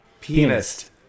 Pianist